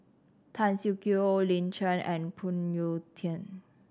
Tan Siak Kew Lin Chen and Phoon Yew Tien